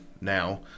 now